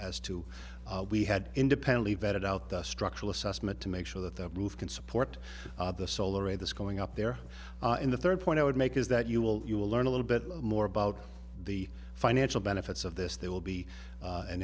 as to we had independently vetted out the structural assessment to make sure that the roof can support the solar array that's going up there in the third point i would make is that you will you will learn a little bit more about the financial benefits of this there will be